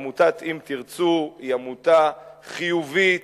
עמותת "אם תרצו" היא עמותה חיובית,